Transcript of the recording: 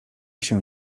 się